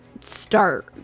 start